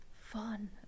Fun